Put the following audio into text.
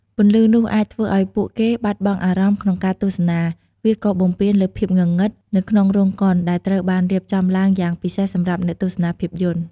ពន្លឺនោះអាចធ្វើឲ្យពួកគេបាត់បង់អារម្មណ៍ក្នុងការទស្សនា វាក៏បំពានលើភាពងងឹតនៅក្នុងរោងកុនដែលត្រូវបានរៀបចំឡើងយ៉ាងពិសេសសម្រាប់អ្នកទស្សនាភាពយន្ត។